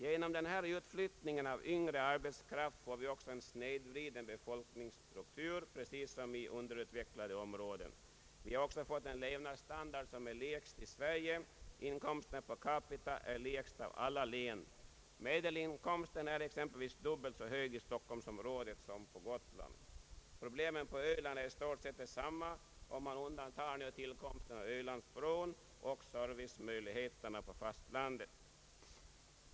Genom utflyttningen av yngre arbetskraft får vi också en snedvriden befolkningsstruktur, precis som i underutvecklade områden. Vi har också fått en levnadsstandard, som är den lägsta i Sverige. Inkomsterna per capita är lägst av alla län. Medelinkomsten är exempelvis dubbelt så hög i Stockholmsområdet som på Gotland. Problemen på Öland är i stort sett desamma, om man undan tar tillkomsten av Ölandsbron och servicemöjligheterna på fastlandet.